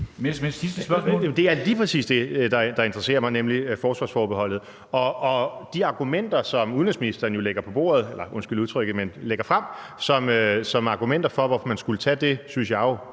Det er lige præcis det, der interesserer mig, nemlig forsvarsforbeholdet, og så de argumenter, som udenrigsministeren lægger frem som argumenter for, hvorfor man skulle tage det, synes jeg jo,